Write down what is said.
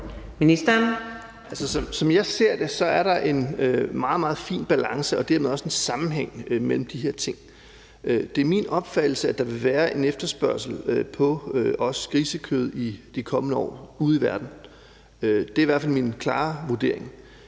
Som jeg ser det, er der en meget, meget fin balance og dermed også en sammenhæng mellem de her ting. Det er min opfattelse, at der vil være en efterspørgsel også på grisekød i de kommende år ude i verden. Det er i hvert fald min klare vurdering.